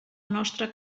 nostre